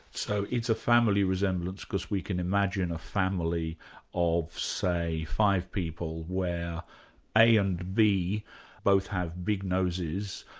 so it's a family resemblance because we can imagine a family of say five people where a and b both have big noses,